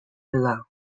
below